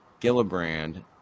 Gillibrand